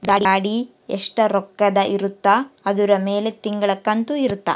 ಗಾಡಿ ಎಸ್ಟ ರೊಕ್ಕದ್ ಇರುತ್ತ ಅದುರ್ ಮೇಲೆ ತಿಂಗಳ ಕಂತು ಇರುತ್ತ